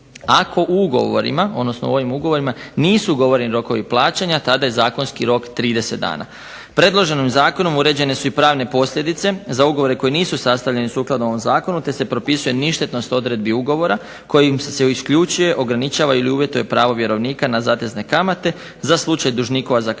Ako u ugovorima, odnosno u ovim ugovorima nisu ugovoreni rokovi plaćanja tada je zakonski rok 30 dana. Predloženim zakonom uređene su i pravne posljedice za ugovore koji nisu sastavljeni sukladno ovom zakonu te se propisuje ništetnost odredbi ugovora kojim se isključuje, ograničava ili uvjetuje pravo vjerovnika na zatezne kamate za slučaj dužnikova zakašnjenja